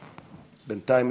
בינתיים יש לך עד דקה,